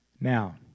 Now